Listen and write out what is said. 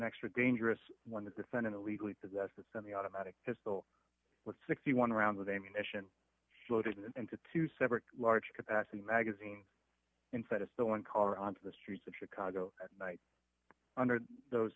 extra dangerous when the defendant illegally possessed a semiautomatic pistol with sixty one rounds of ammunition loaded and to two separate large capacity magazines inside a stolen car onto the streets of chicago at night under those